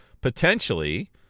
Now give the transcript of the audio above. potentially